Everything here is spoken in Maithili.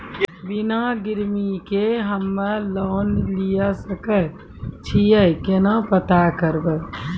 बिना गिरवी के हम्मय लोन लिये सके छियै केना पता करबै?